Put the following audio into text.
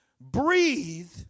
breathe